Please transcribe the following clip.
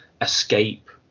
escape